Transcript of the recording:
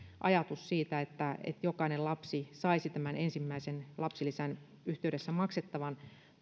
ajatus siitä että jokainen lapsi saisi tämän ensimmäisen lapsilisän yhteydessä maksettavan